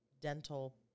dental